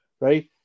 right